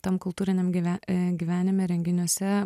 tam kultūriniam gyve e gyvenime renginiuose